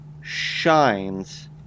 shines